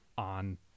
on